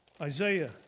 Isaiah